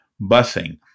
busing